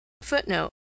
Footnote